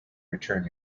return